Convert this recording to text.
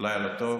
לילה טוב.